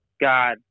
God